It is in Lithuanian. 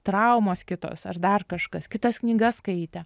traumos kitos ar dar kažkas kitas knygas skaitė